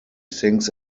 sings